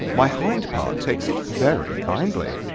my hind-part takes it very kindly.